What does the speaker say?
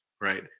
right